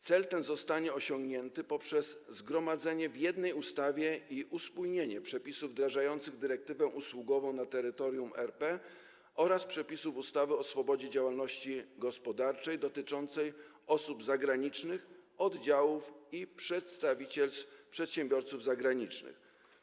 Cel ten zostanie osiągnięty poprzez zgromadzenie w jednej ustawie i uspójnienie przepisów wdrażających dyrektywę usługową na terytorium RP oraz przepisów ustawy o swobodzie działalności gospodarczej dotyczącej osób zagranicznych, oddziałów i przedstawicielstw przedsiębiorców zagranicznych.